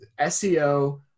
SEO